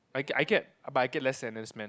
I get I get but I get less than n_s Men